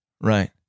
Right